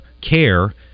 care